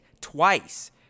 twice